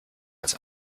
als